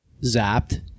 zapped